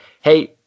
hey